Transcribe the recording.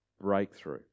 Breakthrough